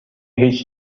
هیچ